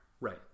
right